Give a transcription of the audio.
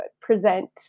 present